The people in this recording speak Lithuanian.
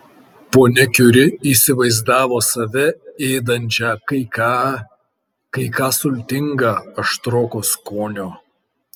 ponia kiuri įsivaizdavo save ėdančią kai ką kai ką sultinga aštroko skonio